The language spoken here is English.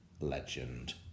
legend